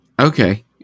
Okay